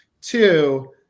two